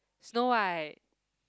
Snow-White